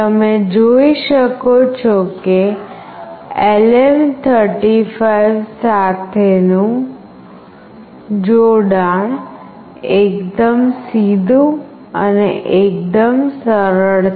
તમે જોઈ શકો છો કે LM35 સાથેનું જોડાણ એકદમ સીધું અને એકદમ સરળ છે